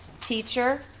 Teacher